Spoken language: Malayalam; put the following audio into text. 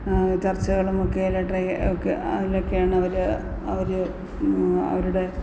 ചർച്ചകളും ഒക്കെ അല്ലെ ട്രെ ഒക്കെ അതിലൊക്കെയാണ് അവര് അവരുടെ